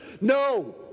No